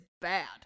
bad